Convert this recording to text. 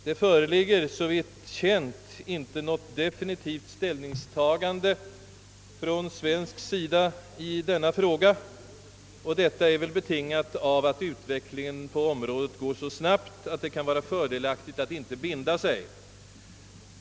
Det föreligger såvitt känt inte något definitivt ställningstagande från svensk sida i denna fråga, och detta är väl betingat av att utvecklingen på området går så snabbt, att det kan vara fördelaktigt att inte binda sig.